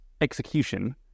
execution